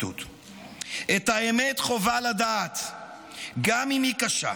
את האמת חובה לדעת גם אם היא קשה,